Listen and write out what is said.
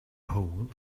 hole